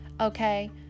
okay